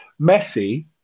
Messi